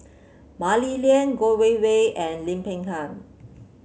Mah Li Lian Geo Wei Wei and Lim Peng Han